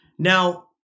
Now